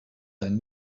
zijn